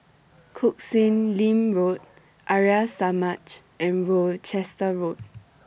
Koh Sek Lim Road Arya Samaj and Worcester Road